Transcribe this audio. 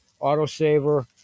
autosaver